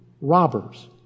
robbers